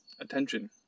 attention